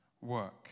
work